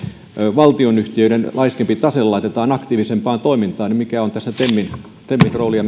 valtion yhtiöiden laiskempi tase laitetaan aktiivisempaan toimintaan niin mikä on tässä asiassa temin ja